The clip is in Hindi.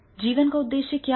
ज़िंदगी का उद्देश्य क्या है